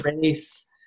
race